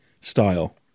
style